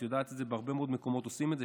את יודעת שבהרבה מקומות עושים את זה,